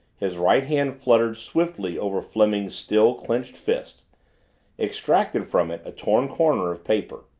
his right hand fluttered swiftly over fleming's still, clenched fist extracted from it a torn corner of paper.